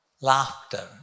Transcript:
Laughter